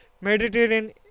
Mediterranean